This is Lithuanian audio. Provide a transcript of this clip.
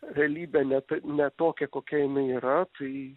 realybę net ne tokią kokia jinai yra tai